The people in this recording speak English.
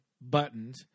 Buttoned